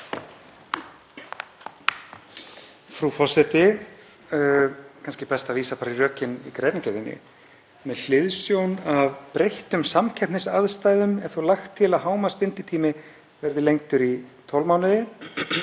Frú forseti. Það er kannski best að vísa bara í rökin í greinargerðinni: „Með hliðsjón af breyttum samkeppnisaðstæðum er þó lagt til að hámarksbinditími verði lengdur í 12 mánuði.